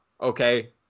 okay